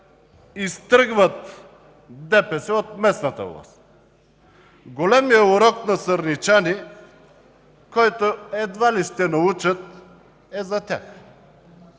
изтръгват ДПС от местната власт. Големият урок на сърничани, който едва ли ще научат, е за тях.